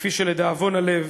כפי שלדאבון הלב